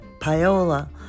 Paola